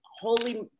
holy